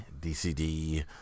DCD